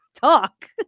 talk